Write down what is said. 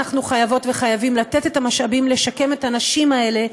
אנחנו חייבות וחייבים לתת את המשאבים לשקם את הנשים האלה,